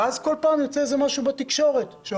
ואז כל פעם יוצא איזה משהו בתקשורת, "זה